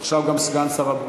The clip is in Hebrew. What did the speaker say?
ועכשיו גם סגן שר הבריאות.